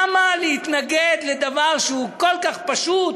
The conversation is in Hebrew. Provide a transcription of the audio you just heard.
למה להתנגד לדבר שהוא כל כך פשוט.